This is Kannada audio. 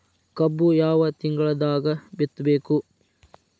ಕಬ್ಬು ಯಾವ ತಿಂಗಳದಾಗ ಬಿತ್ತಬೇಕು?